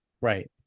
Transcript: Right